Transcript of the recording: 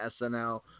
SNL